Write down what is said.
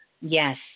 Yes